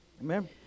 Amen